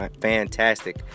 fantastic